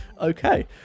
Okay